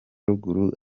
ruguru